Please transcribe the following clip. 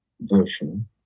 version